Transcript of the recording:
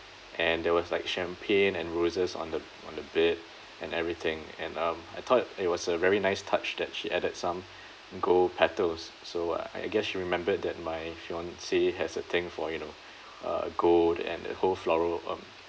and there was like champagne and roses on the on the bed and everything and um I thought it was a very nice touch that she added some gold petals so uh I guess she remembered that my fiancee has a thing for you know uh gold and the whole floral of